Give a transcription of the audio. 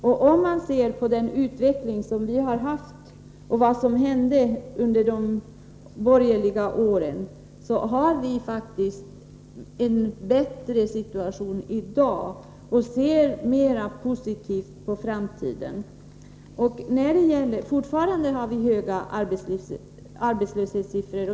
Om man ser på utvecklingen den senaste tiden och på vad som hände under de borgerliga åren, finner man att vi faktiskt har en bättre situation i dag och att vi ser mer positivt på framtiden. Vi har fortfarande höga arbetslöshetssiffror.